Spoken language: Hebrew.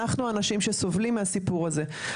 אנחנו אנשים שסובלים מהסיפור הזה.